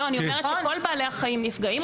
אני אומרת שכל בעלי החיים נפגעים,